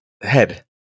head